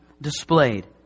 displayed